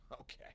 okay